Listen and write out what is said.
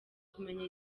kumenya